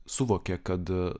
suvokė kad